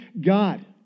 God